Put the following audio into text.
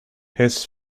his